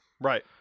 Right